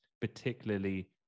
particularly